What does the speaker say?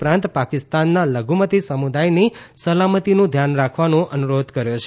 ઉપરાંત પાકિસ્તાનના લધુમતી સમુદાયની સલામતીનું ધ્યાન રાખવાનું અનુરોધ કર્યો છે